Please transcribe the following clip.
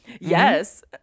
Yes